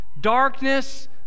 darkness